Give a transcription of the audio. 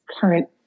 current